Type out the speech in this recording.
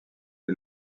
est